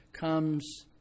comes